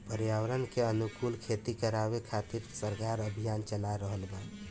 पर्यावरण के अनुकूल खेती करावे खातिर सरकार अभियान चाला रहल बा